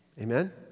Amen